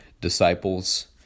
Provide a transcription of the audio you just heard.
disciples